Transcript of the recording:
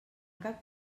cap